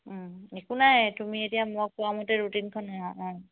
একো নাই তুমি এতিয়া মই কােৱামতে ৰুটিনখন অঁ